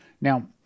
Now